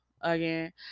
again